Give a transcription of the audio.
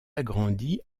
agrandi